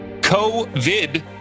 COVID